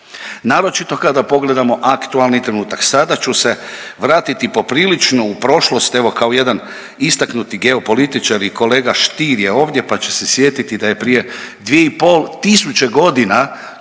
Naročito kada pogledamo aktualni trenutak. Sada ću se vratiti poprilično u prošlost, evo kao jedan istaknuti geopolitičar i kolega Stier je ovdje pa će se sjetiti da je prije 2,5 tisuće godina